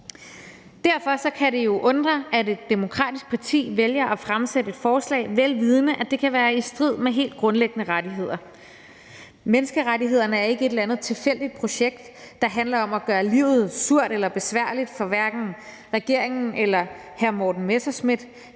Derfor kan det undre, at et demokratisk parti vælger at fremsætte et forslag, vel vidende at det kan være i strid med helt grundlæggende rettigheder. Menneskerettighederne er ikke et eller andet tilfældigt projekt, der handler om at gøre livet surt eller besværligt for regeringen eller hr. Morten Messerschmidt.